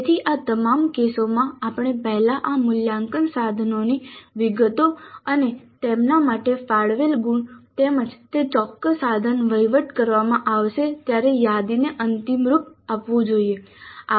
તેથી આ તમામ કેસોમાં આપણે પહેલા આ મૂલ્યાંકન સાધનોની વિગતો અને તેમના માટે ફાળવેલ ગુણ તેમજ તે ચોક્કસ સાધન વહીવટ કરવામાં આવશે ત્યારે યાદી ને અંતિમ રૂપ આપવું જોઈએ